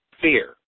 Fear